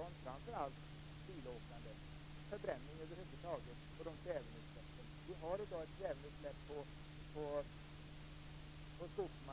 om detta. Det är precis därför det är viktigt att vidta alla de miljöåtgärder man kan.